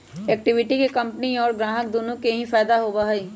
equity के company और ग्राहक दुन्नो के ही फायद दा होबा हई